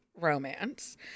romance